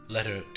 Letter